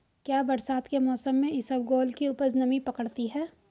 क्या बरसात के मौसम में इसबगोल की उपज नमी पकड़ती है?